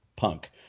punk